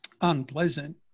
unpleasant